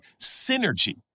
synergy